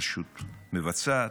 רשות מבצעת,